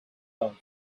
loved